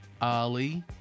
Ali